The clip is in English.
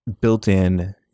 built-in